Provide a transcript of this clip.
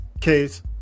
case